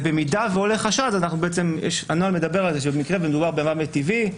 ובמידה ועולה חשד אז הנוהל מדבר על זה שבמקרה ומדובר במוות טבעי,